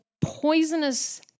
poisonous